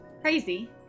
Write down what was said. Crazy